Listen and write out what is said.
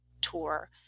tour